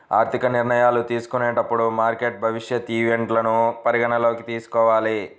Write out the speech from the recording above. ఆర్థిక నిర్ణయాలు తీసుకునేటప్పుడు మార్కెట్ భవిష్యత్ ఈవెంట్లను పరిగణనలోకి తీసుకోవాలి